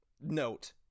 note